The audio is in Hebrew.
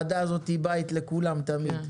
לבית.